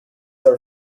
are